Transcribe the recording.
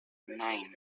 nine